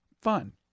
fun